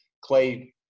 Clay